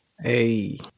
Hey